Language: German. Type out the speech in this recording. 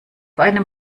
einem